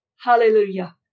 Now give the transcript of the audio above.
Hallelujah